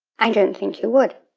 i don't think you would.